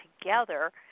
together